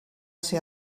ser